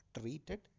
treated